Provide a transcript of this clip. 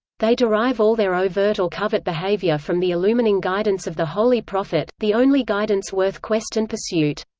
they derive all their overt or covert behaviour from the illumining guidance of the holy prophet, the only guidance worth quest and pursuit.